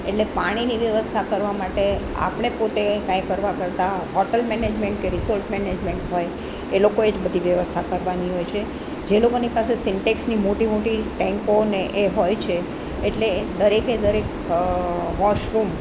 એટલે પાણીની વ્યવસ્થા કરવા માટે આપણે પોતે કંઈ કરવા કરતાં હોટલ મેનેજમેન્ટ કે રિસોર્ટ મેનેજમેન્ટ હોય એ લોકોએ જ બધી વ્યવસ્થા કરવાની હોય છે જે લોકોની પાસે સિંટેક્સની મોટી મોટી ટેન્કોને એ હોય છે એટલે દરેકે દરેક વોશરૂમ